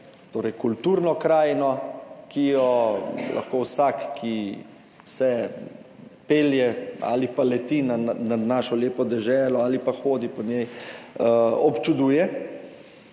torej kulturno krajino, ki jo lahko vsak, ki se pelje ali pa leti na našo lepo deželo ali pa hodi po njej, občuduje,